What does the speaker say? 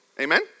Amen